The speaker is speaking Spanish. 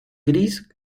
gris